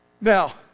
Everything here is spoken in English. Now